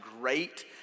great